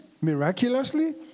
miraculously